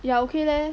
ya okay leh